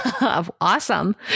Awesome